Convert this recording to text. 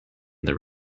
their